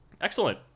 Excellent